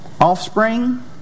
Offspring